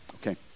Okay